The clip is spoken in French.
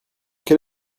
quel